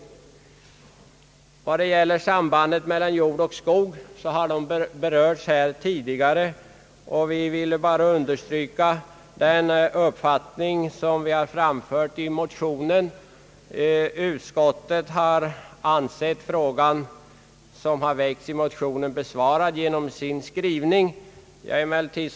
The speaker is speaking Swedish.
Sambandet mellan jord och skog har tidigare berörts här och vi vill endast understryka den uppfattning som vi framfört i motionen. Utskottet har ansett motionen besvarad genom vad utskottet skrivit.